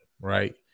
right